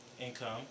income